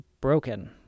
broken